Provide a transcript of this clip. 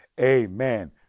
Amen